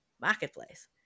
marketplace